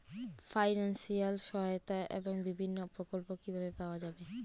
Financial সহায়তা এবং বিভিন্ন প্রকল্প কিভাবে পাওয়া যাবে?